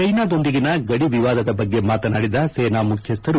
ಚೈನಾದೊಂದಿಗಿನ ಗದಿ ವಿವಾದದ ಬಗ್ಗೆ ಮಾತನಾದಿ ಸೇನಾ ಮುಖ್ಯಸ್ದರು